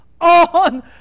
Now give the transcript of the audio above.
on